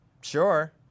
Sure